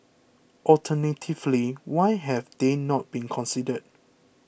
alternatively why have they not been considered